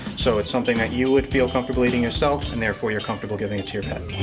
so it's something that you would feel comfortable eating yourself and therefore you're comfortable giving it to your pet.